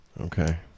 Okay